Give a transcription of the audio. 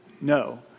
no